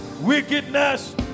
Wickedness